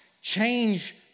change